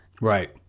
Right